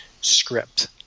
script